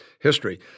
History